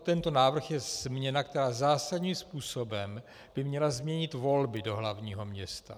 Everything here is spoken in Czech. Tento návrh je změna, která zásadním způsobem by měla změnit volby do hlavního města.